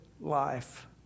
life